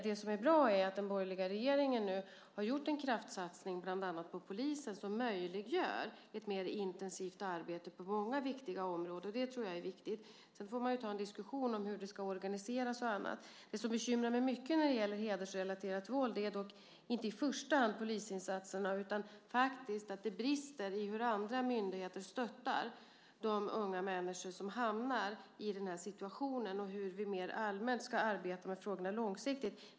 Det som är bra är att den borgerliga regeringen nu har gjort en kraftsatsning bland annat på polisen som möjliggör ett mer intensivt arbete på många viktiga områden. Det tror jag är viktigt. Sedan får man ta en diskussion om hur vi ska organisera oss och annat. Det som bekymrar mig mycket när det gäller hedersrelaterat våld är dock inte i första hand polisinsatserna utan faktiskt att det brister i hur andra myndigheter stöttar de unga människor som hamnar i den här situationen och hur vi mer allmänt ska arbeta med frågorna långsiktigt.